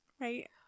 Right